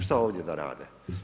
Šta ovdje da rade?